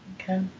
Okay